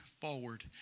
forward